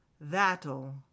that'll